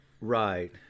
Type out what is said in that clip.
Right